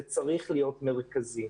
זה צריך להיות מרכזי.